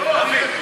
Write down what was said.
תודה.